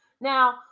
Now